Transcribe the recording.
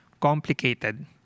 complicated